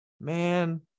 man